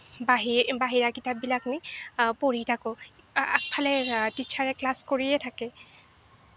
বাহিৰা কিতাপবিলাক নি পঢ়ি থাকোঁ আগফালে টিছাৰে ক্লাছ কৰিয়েই থাকে